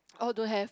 oh don't have